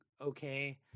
okay